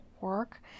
work